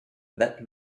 that